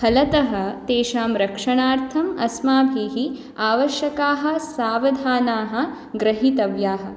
फलतः तेषां रक्षणार्थम् अस्माभिः आवश्यकाः सावधानाः गृहीतव्याः